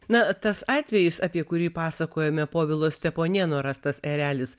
na tas atvejis apie kurį pasakojome povilo steponėno rastas erelis